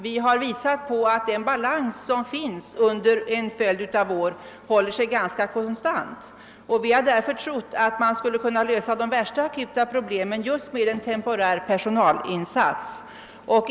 Vi har påvisat att den balans av ärenden som funnits under en följd av år håller sig ganska konstant. Vi har därför trott att man skulle kunna lösa de värsta akuta problemen just med en temporär personalinsats.